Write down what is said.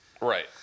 Right